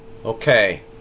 Okay